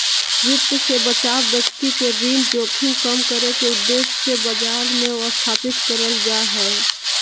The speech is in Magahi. वित्त मे बचाव व्यक्ति के ऋण जोखिम कम करे के उद्देश्य से बाजार मे स्थापित करल जा हय